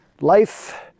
life